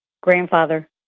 Grandfather